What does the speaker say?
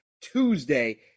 Tuesday